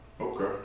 Okay